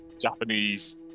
Japanese